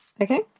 okay